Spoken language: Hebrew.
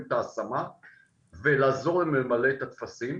את ההשמה ולעזור להם למלא את הטפסים,